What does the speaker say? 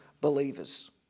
believers